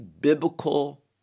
biblical